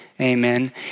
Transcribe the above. amen